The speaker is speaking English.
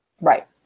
right